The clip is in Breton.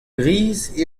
gris